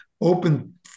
open